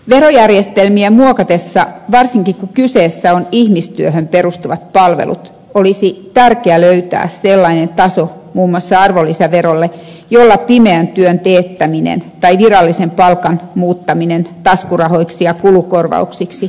verojärjestelmiä muokattaessa varsinkin kun kyseessä on ihmistyöhön perustuvat palvelut olisi tärkeää löytää sellainen taso muun muassa arvonlisäverolle jolla pimeän työn teettäminen tai virallisen palkan muuttaminen taskurahoiksi ja kulukorvauksiksi ei lisäänny